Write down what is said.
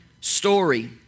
story